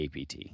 APT